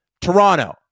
Toronto